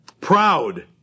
proud